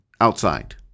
outside